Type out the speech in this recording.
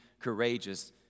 courageous